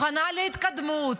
מוכנה להתקדמות.